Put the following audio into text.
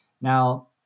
Now